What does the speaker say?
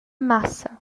massa